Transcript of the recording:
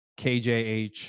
KJH